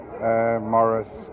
Morris